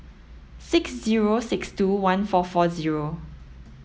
six zero six two one four four zero